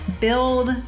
build